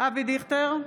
אבי דיכטר,